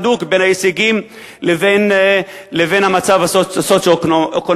וקשר הדוק, בין ההישגים לבין המצב הסוציו-אקונומי.